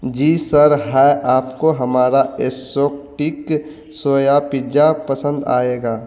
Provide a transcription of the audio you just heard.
जी sir है आपको हमारा एसोटिक सोया पिज्जा पसंद आएगा